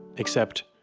except,